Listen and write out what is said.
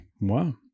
Wow